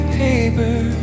paper